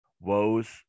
Woes